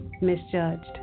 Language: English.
misjudged